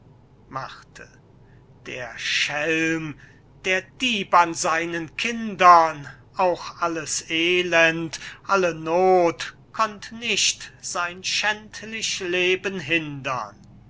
spürte der schelm der dieb an seinen kindern auch alles elend alle noth konnt nicht sein schändlich leben hindern